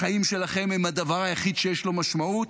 החיים שלכם הם הדבר היחיד שיש לו משמעות.